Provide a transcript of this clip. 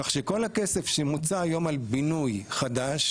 כך שכל הכסף שמוצע היום על בינוי חדש,